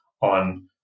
on